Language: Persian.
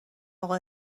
اقا